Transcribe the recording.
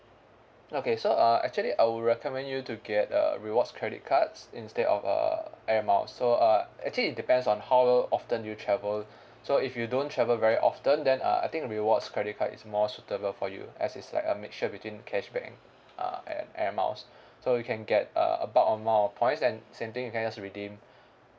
okay so uh actually I would recommend you to get the rewards credit cards instead of uh air miles so uh actually it depends on how often you travel so if you don't travel very often then uh I think rewards credit card is more suitable for you as it's like a mixture between cashback and uh air air miles so you can get uh a bulk on more of points and same thing you can just redeem